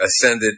ascended